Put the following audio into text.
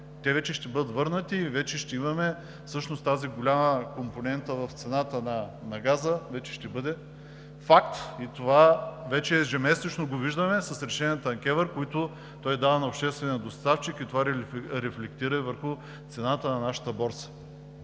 те ще бъдат върнати и ще имаме всъщност тази голяма компонента в цената на газа – вече ще бъде факт. И това ежемесечно го виждаме с решенията на КЕВР, които той дава на обществения доставчик, това рефлектира и върху цената на нашата борса,